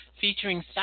featuring